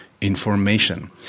Information